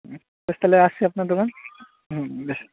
হুম বেশ তাহলে আসছি আপনার দোকান হুম বেশ